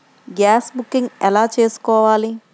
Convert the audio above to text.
Gas booking ఎలా చేసుకోవాలి?